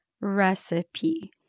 Recipe